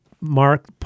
Mark